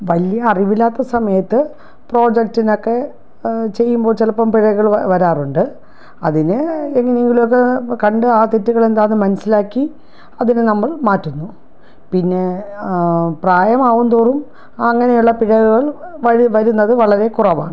വലിയ അറിവില്ലാത്ത സമയത്ത് പ്രോജക്റ്റിനൊക്കെ ചെയ്യുമ്പോൾ ചിലപ്പം പിഴകൾ വി വരാറുണ്ട് അതിന് എങ്ങനെയെങ്കിലൊക്കെ കണ്ട് ആ തെറ്റുകൾ എന്താണെന്നു മനസ്സിലാക്കി അതിനു നമ്മൾ മാറ്റുന്നു പിന്നെ പ്രായമാകുന്തോറും അങ്ങനെയുള്ള പിഴകൾ വഴി വരുന്നതു വളരെ കുറവാണ്